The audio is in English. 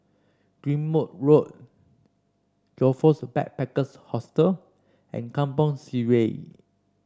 Ghim Moh Road Joyfor Backpackers' Hostel and Kampong Sireh